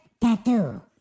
tattoo